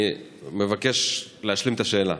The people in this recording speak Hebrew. אני מבקש להשלים את השאלה.